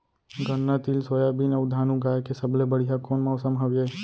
गन्ना, तिल, सोयाबीन अऊ धान उगाए के सबले बढ़िया कोन मौसम हवये?